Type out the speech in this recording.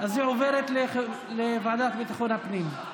אז היא עוברת לוועדת ביטחון הפנים.